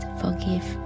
forgive